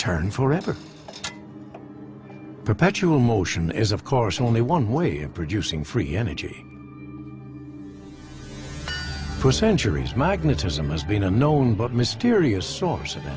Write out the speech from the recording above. turn forever perpetual motion is of course only one way of producing free energy for centuries magnetism has been a known but mysterious source of